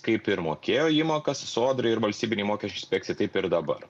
kaip ir mokėjo įmokas sodrai ir valstybinei mokesčių inspekcijai taip ir dabar